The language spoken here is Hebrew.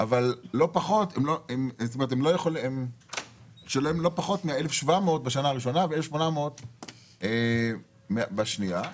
אבל שלא יהיה להם לא פחות מה-1,700 בשנה הראשונה ומ-1,800 בשנה השנייה.